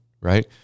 right